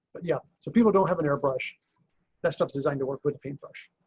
but yeah, so people don't have an airbrush that's designed to work with a paintbrush.